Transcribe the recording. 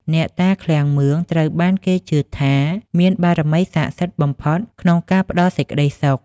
អ្នកតាឃ្លាំងមឿង ត្រូវបានគេជឿថាមានបារមីសក្ដិសិទ្ធិបំផុតក្នុងការផ្ដល់សេចក្ដីសុខ។